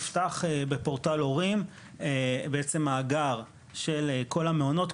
נפתח בפורטל הורים מאגר של כל המעונות,